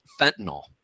Fentanyl